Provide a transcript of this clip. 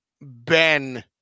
Ben